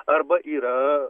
arba yra